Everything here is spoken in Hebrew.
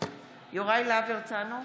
יוראי להב הרצנו,